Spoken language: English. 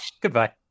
Goodbye